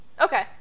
Okay